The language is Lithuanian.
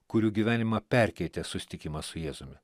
kurių gyvenimą perkeitė susitikimas su jėzumi